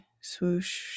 swoosh